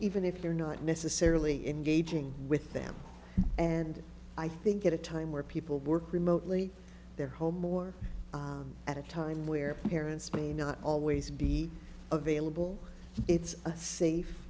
even if you're not necessarily in gauging with them and i think at a time where people work remotely they're home more at a time where parents may not always be available it's a safe